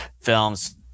films